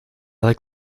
like